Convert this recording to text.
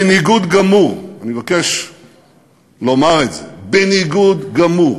בניגוד גמור, אני מבקש לומר את זה, בניגוד גמור